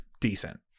decent